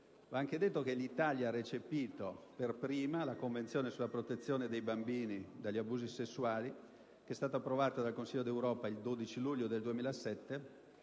anche dire che l'Italia ha recepito per prima la Convenzione sulla protezione dei bambini dagli abusi sessuali, approvata dal Consiglio d'Europa il 12 luglio 2007